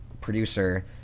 producer